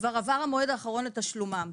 כבר עבר המועד האחרון לתשלומם,